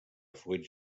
fluids